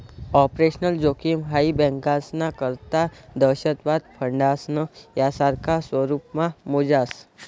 operational जोखिम हाई बँकास्ना करता दहशतवाद, फसाडणं, यासारखा स्वरुपमा मोजास